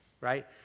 Right